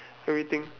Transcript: everything